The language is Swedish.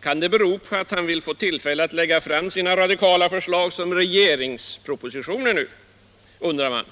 Kan detta bero på att han nu vill få tillfälle att lägga fram sina radikala förslag som regeringspropositioner, undrar man.